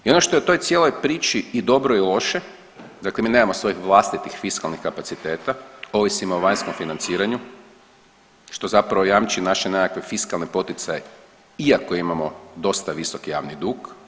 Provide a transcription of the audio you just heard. I ono što je u toj cijeloj priči i dobro i loše, dakle mi nemamo svojih vlastitih fiskalnih kapaciteta, ovisimo o vanjskom financiranju što zapravo jamči naše nekakve fiskalne poticaje iako imamo dosta visoki javni dug.